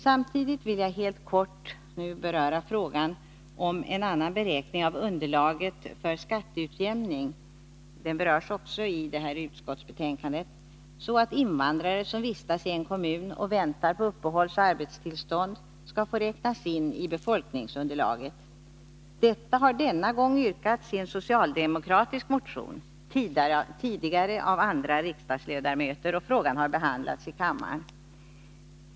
Samtidigt vill jag helt kort beröra frågan om en annan beräkning av underlaget för skatteutjämningen — utskottet tar också upp den frågan i sitt betänkande — som innebär att invandrare som vistas i en kommun och väntar på uppehållsoch arbetstillstånd skall få räknas in i befolkningsunderlaget. Detta har denna gång yrkats i en socialdemokratisk motion, tidigare har det yrkats av andra riksdagsledamöter, och frågan har behandlats i kammaren.